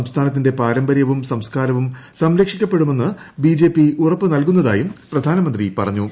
സംസ്ഥാനത്തിന്റെ പാരമ്പരൃവും സംസ്ക്കാരവും സംരക്ഷിക്കപ്പെടുമെന്ന് ബിജെപി ഉറപ്പ് നൽകുന്നതായും പ്രധാനമന്ത്രി പറഞ്ഞു